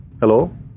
Hello